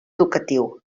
educatiu